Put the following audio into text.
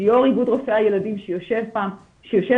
יו"ר איגוד רופאי הילדים שיושב כאן,